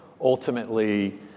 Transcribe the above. ultimately